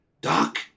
Doc